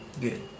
Good